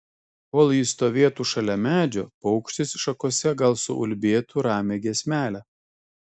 kol ji stovėtų šalia medžio paukštis šakose gal suulbėtų ramią giesmelę